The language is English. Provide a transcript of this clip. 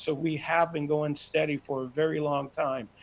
so we have been going steady for a very long time,